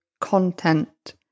content